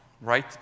right